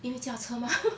因为驾车 mah